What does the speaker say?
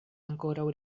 ankoraŭ